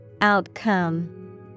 Outcome